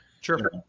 Sure